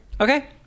okay